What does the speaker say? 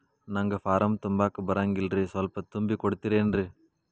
ನಂಗ ಫಾರಂ ತುಂಬಾಕ ಬರಂಗಿಲ್ರಿ ಸ್ವಲ್ಪ ತುಂಬಿ ಕೊಡ್ತಿರೇನ್ರಿ?